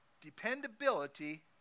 dependability